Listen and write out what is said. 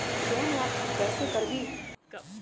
Loan वापसी कैसे करबी?